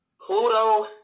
Pluto